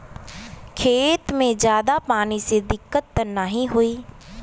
खेत में ज्यादा पानी से दिक्कत त नाही होई?